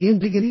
ఏం జరిగింది